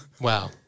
Wow